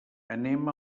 anem